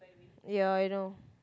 ya I know